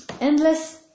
endless